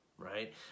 Right